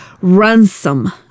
ransom